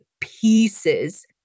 pieces